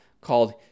called